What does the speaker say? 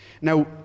Now